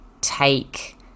take